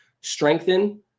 strengthen